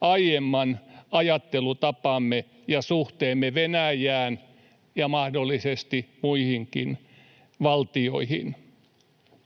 aiemman ajattelutapamme ja suhteemme Venäjään ja mahdollisesti muihinkin valtioihin.